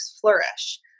flourish